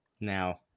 now